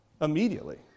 immediately